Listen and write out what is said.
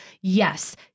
yes